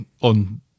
On